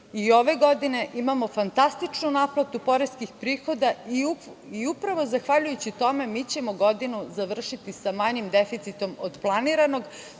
godine imamo fantastičnu naplatu poreskih prihoda i upravo zahvaljujući tome mi ćemo godinu završiti sa manjim deficitom od planiranog.